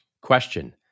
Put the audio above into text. Question